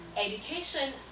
education